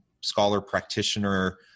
scholar-practitioner